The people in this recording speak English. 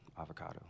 avocado